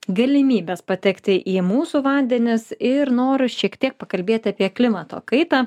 galimybes patekti į mūsų vandenis ir noriu šiek tiek pakalbėti apie klimato kaitą